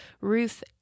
Ruth